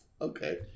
Okay